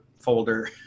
folder